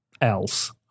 else